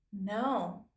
No